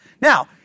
Now